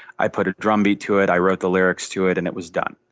i put a drumbeat to it, i wrote the lyrics to it and it was done.